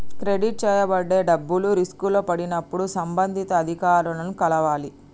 credit చేయబడే డబ్బులు రిస్కులో పడినప్పుడు సంబంధిత అధికారులను కలవాలి